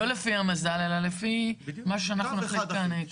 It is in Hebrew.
לא לפי המזל, אלא לפי משהו שאנחנו נחליט כאן.